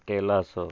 पटेलासँ